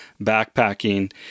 backpacking